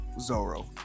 Zoro